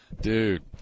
dude